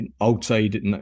outside